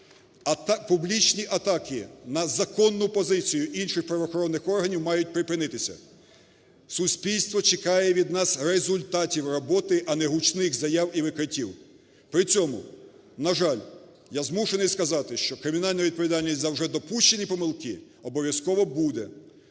Публічні атаки на законну позицію інших правоохоронних органів мають припинитися. Суспільство чекає від нас результатів роботи, а не гучних заяв і викриттів. При цьому, на жаль, я змушений сказати, що кримінальну відповідальність за вже допущені помилки обов'язково буде,